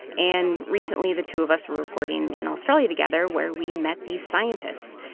and recently, the two of us were reporting in australia together, where we met these scientists.